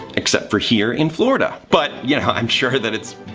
except for here, in florida. but yeah, i'm sure that it's.